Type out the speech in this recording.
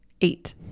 Eight